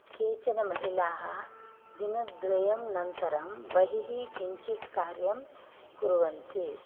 केचन महिलाः दिनद्वयं अनन्तरं बहिः किञ्चित् कार्यं कुर्वन्ति